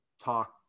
talk